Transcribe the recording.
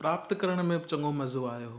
प्राप्त करण में ब चङो मज़ो आयो